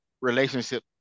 relationship